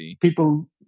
people